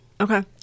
Okay